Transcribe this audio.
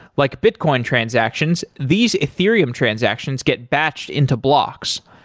like bitcoin transactions, these ethereum transactions get batched into blocks.